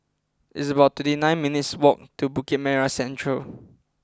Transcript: it's about twenty nine minutes walk to Bukit Merah Central